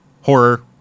horror